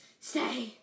Stay